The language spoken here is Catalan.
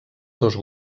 dos